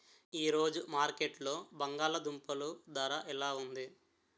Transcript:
ఈ రోజు మార్కెట్లో బంగాళ దుంపలు ధర ఎలా ఉంది?